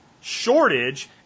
shortage